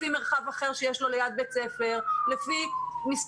לפי מרחב אחר שיש לו ליד בית ספר,